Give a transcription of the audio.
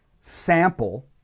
sample